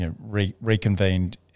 reconvened